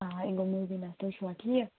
آ یہِ گوٚو مُبیٖنا تُہۍ چھِوا ٹھیٖک